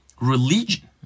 religion